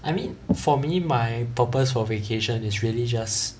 I mean for me my purpose for vacation is religious